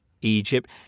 Egypt